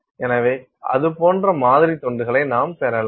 எனவே அது போன்ற மாதிரி துண்டுகளை நாம் பெறலாம்